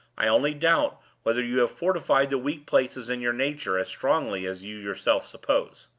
i only doubt whether you have fortified the weak places in your nature as strongly as you yourself suppose.